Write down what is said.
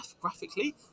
graphically